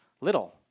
little